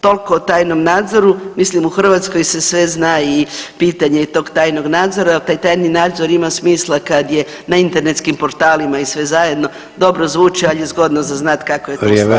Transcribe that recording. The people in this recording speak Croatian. Toliko o tajnom nadzoru, mislim, u Hrvatskoj se sve zna i pitanje je tog tajnog nadzora, ali taj tajni nadzor ima smisla kad je na internetskim portalima i sve zajedno, dobro zvuči, ali je zgodno za znati kako je to u stvarnosti.